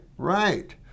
Right